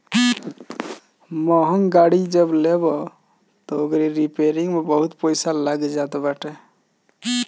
महंग गाड़ी जब लेबअ तअ ओकरी रिपेरिंग में बहुते पईसा लाग जात बाटे